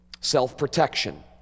self-protection